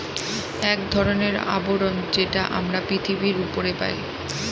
এক ধরনের আবরণ যেটা আমরা পৃথিবীর উপরে পাই